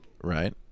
Right